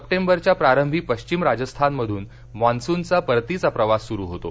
सप्टेंबरच्या प्रारंभी पश्चिम राजस्थानमधून मॉन्सूनचा परतीचा प्रवास सुरू होतो